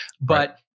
but-